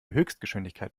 höchstgeschwindigkeit